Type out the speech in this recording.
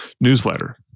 newsletter